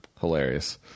Hilarious